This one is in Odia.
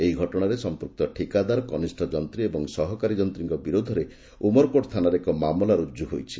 ଏହି ଘଟଣାରେ ସମ୍ମିକ୍ତ ଠିକାଦାର କନିଷ୍ବ ଯନ୍ତୀ ଏବଂ ସହକାରୀ ଯନ୍ତୀଙ୍କ ବିରୋଧରେ ଉମରକୋଟ୍ ଥାନାରେ ଏକ ମାମଲା ରୁଜ୍ ହୋଇଛି